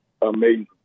Amazing